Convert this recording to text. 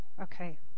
Okay